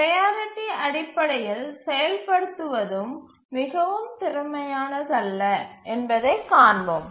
priority அடிப்படையில் செயல்படுத்துவதும் மிகவும் திறமையானதல்ல என்பதைக் காண்போம்